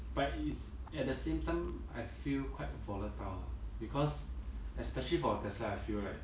but is at the same time I feel quite volatile ah because especially for a tesla I feel right